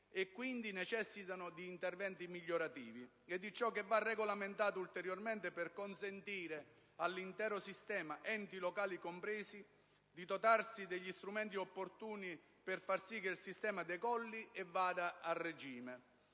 e quindi necessitano di interventi migliorativi e ciò che va regolamentato ulteriormente per consentire all'intero sistema, enti locali compresi, di dotarsi degli strumenti opportuni per far sì che il sistema decolli e vada a regime.